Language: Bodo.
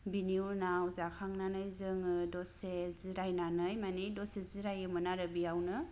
बिनि उननाव जाखांनानै जोंङो दसे जिरायनानै मानि दसे जिरायोमोन आरो बेयावनो